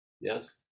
yes